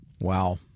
Wow